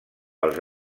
els